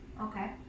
Okay